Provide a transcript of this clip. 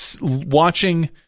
Watching